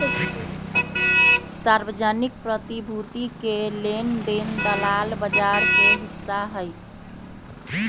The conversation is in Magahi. सार्वजनिक प्रतिभूति के लेन देन दलाल बजार के हिस्सा हई